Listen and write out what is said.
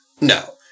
No